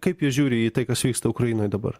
kaip jie žiūri į tai kas vyksta ukrainoj dabar